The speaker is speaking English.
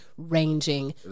Ranging